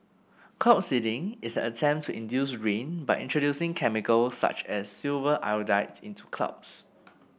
cloud seeding is an attempt to induce rain by introducing chemicals such as silver iodide into clouds